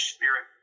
Spirit